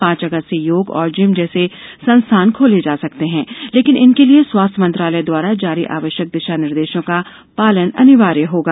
पांच अगस्त से योग और जिम जैसे संस्थान खोले जा सकते हैं लेकिन इनके लिए स्वास्थ्य मंत्रालय द्वारा जारी आवश्यक दिशा निर्देशों का पालन अनिवार्य होगा